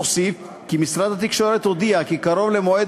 אוסיף כי משרד התקשורת הודיע כי קרוב למועד